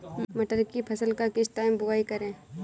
मटर की फसल का किस टाइम बुवाई करें?